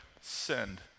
send